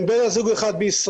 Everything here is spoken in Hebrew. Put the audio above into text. אם בן זוג אחד בישראל,